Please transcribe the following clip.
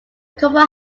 couple